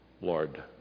Lord